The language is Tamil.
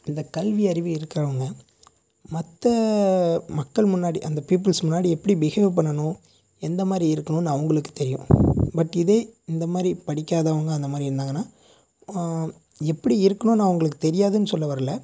இந்த கல்வி அறிவு இருக்கிறவங்க மற்ற மக்கள் முன்னாடி அந்த பீப்புல்ஸ் முன்னாடி எப்படி பிஹேவ் பண்ணணும் எந்த மாதிரி இருக்கணுனு அவங்களுக்கு தெரியும் பட் இதே இந்த மாதிரி படிக்காதவங்க அந்த மாதிரி இருந்தாங்கனால் எப்படி இருக்கணுனு அவர்களுக்கு தெரியாதுனு சொல்ல வரலை